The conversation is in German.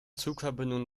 zugverbindungen